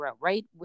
Right